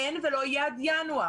אין ולא יהיה עד ינואר,